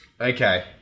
Okay